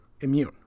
immune